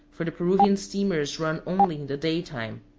for the peruvian steamers run only in the daytime.